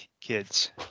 kids